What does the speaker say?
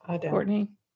Courtney